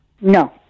No